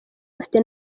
bafite